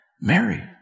Mary